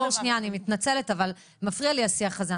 דרור, שנייה, אני מתנצלת, אבל מפריע לי השיח הזה.